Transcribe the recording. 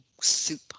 soup